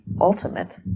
Ultimate